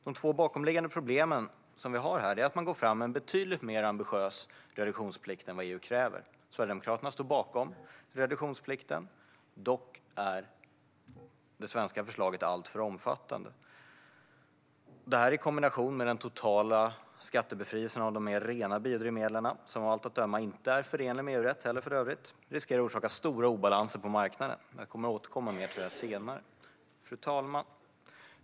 De två bakomliggande problemen som vi har här är att man går fram med en betydligt mer ambitiös reduktionsplikt än vad EU kräver. Sverigedemokraterna står bakom reduktionsplikten. Dock är det svenska förslaget alltför omfattande. Detta i kombination med den totala skattebefrielsen av de mer rena biodrivmedlen, som för övrigt av allt att döma inte är förenlig med EU-rätt, riskerar att orsaka stora obalanser på marknaden. Jag kommer att återkomma till det senare. Fru talman!